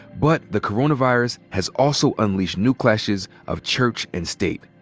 but the coronavirus has also unleashed new clashes of church and state.